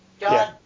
God